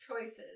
choices